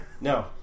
No